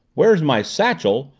where's my satchel?